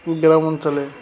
গ্রাম অঞ্চলে